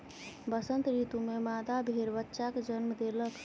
वसंत ऋतू में मादा भेड़ बच्चाक जन्म देलक